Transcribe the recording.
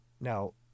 now